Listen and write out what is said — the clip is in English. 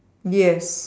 yes